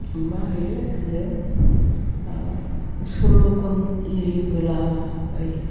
मा होयो जों माबा सल्ल'गुन इरि होलाबायो